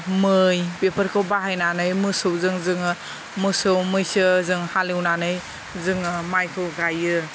मै बेफोरखौ बाहायनानै मोसौजों जोङो मोसौ मैसो जों हालेवनानै जोङो माइखौ गायो